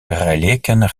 relieken